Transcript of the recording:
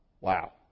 Wow